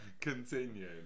Continue